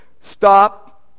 stop